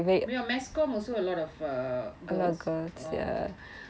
your mass communication also a lot of err girls oh